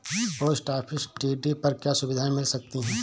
Post office TD पर क्या सुविधाएँ मिल सकती है?